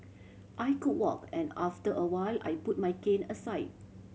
I could walk and after a while I put my cane aside